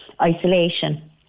isolation